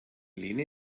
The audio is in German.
lehne